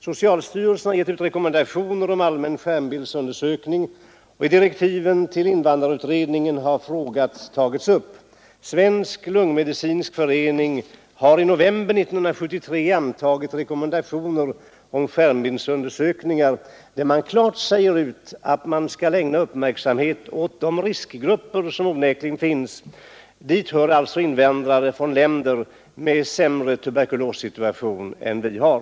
Socialstyrelsen har givit ut rekommendationer om allmän skärm bildsundersökning, och i direktiven till invandrarutredningen har frågan tagits upp. Svensk lungmedicinsk förening har i november 1973 antagit rekommendationer om skärmbildsundersökningar, där det klart sägs ut att man skall ägna uppmärksamhet åt de riskgrupper som onekligen finns, och dit hör alltså invandrare från länder med sämre tuberkulossituation än vi har.